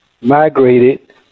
migrated